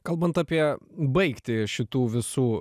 kalbant apie baigtį šitų visų